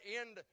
end